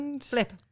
Flip